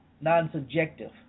non-subjective